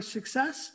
Success